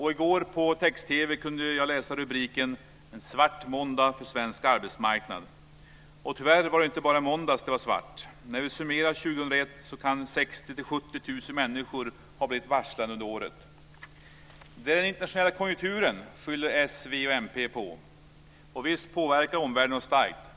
I går kunde jag på text-TV läsa rubriken "Svart måndag för svensk arbetsmarknad". Och tyvärr var det inte bara i måndags som det var svart. När vi summerar 2001 kan 60 000-70 000 människor ha blivit varslade under året. Det är den internationella konjunkturen, skyller s, v och mp ifrån sig. Och visst påverkar omvärlden oss starkt.